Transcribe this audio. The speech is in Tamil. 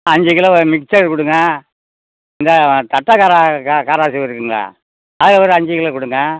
அஞ்சு கிலோ மிச்சர் கொடுங்க அந்த தட்டை கார கார காராசேவு இருக்குங்களா அதில் ஒரு அஞ்சு கிலோ கொடுங்க